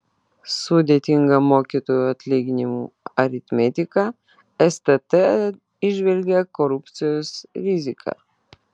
sudėtinga mokytojų atlyginimų aritmetika stt įžvelgia korupcijos riziką